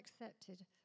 accepted